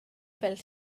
fel